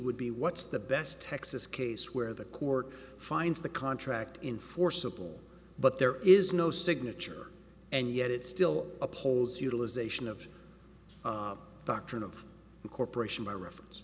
would be what's the best texas case where the court finds the contract enforceable but there is no signature and yet it still upholds utilization of doctrine of the corporation by reference